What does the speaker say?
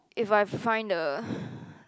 if I find a